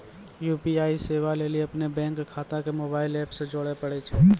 UPI सेबा लेली अपनो बैंक खाता के मोबाइल एप से जोड़े परै छै